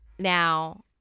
Now